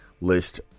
list